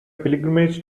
pilgrimage